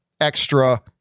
extra